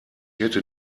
hätte